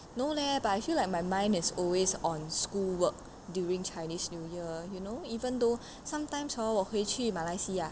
no leh but I feel like my mind is always on schoolwork during chinese new year you know even though sometimes hor 我回去马来西亚